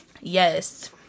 Yes